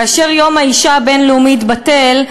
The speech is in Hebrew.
כאשר יום האישה הבין-לאומי יתבטל,